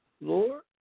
Lord